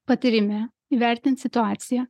patyrime įvertint situaciją